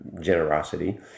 generosity